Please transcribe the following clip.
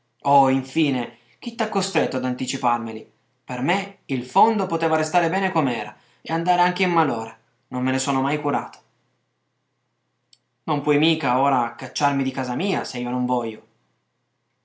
o infine chi t'ha costretto ad anticiparmeli per me il fondo poteva restar bene com'era e andar anche in malora non me ne sono mai curato non puoi mica ora cacciarmi di casa mia se io non voglio